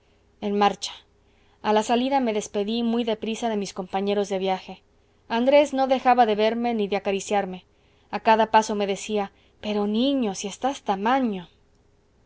en marcha a la salida me despedí muy de prisa de mis compañeros de viaje andrés no dejaba de verme ni de acariciarme a cada paso me decía pero niño si estás tamaño